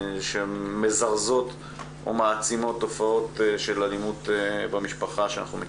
מזרזות ומעצימות תופעות של אלימות במשפחה שאנחנו מכירים.